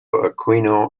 aquino